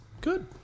Good